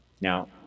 Now